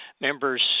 members